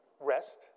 Rest